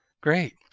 Great